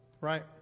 right